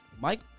Mike